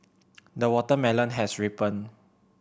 the watermelon has ripened